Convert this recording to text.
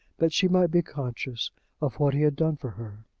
that she might be conscious of what he had done for her.